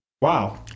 Wow